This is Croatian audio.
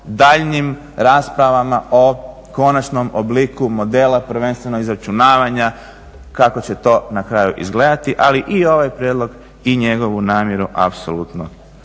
daljnjim raspravama o konačnom obliku modela prvenstveno izračunavanja kako će to na kraju izgledati, ali i ovaj prijedlog i njegovu namjeru apsolutno